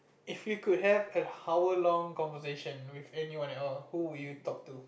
if you could have an hour long conversation with anyone else who would you talk to